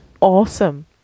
awesome